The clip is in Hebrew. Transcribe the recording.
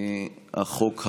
החוק הבא.